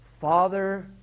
Father